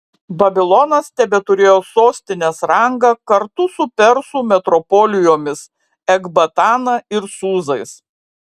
babilonas tebeturėjo sostinės rangą kartu su persų metropolijomis ekbatana ir sūzais